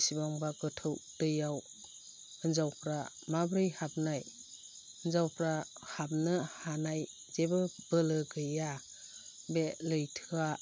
बिसिबांबा गोथौ दैयाव हिन्जावफ्रा माब्रै हाबनाय हिन्जावफ्रा हाबनो हानाय जेबो बोलो गैया बे लैथोआ